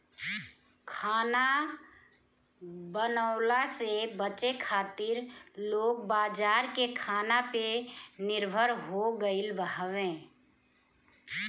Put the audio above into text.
खाना बनवला से बचे खातिर लोग बाजार के खाना पे निर्भर हो गईल हवे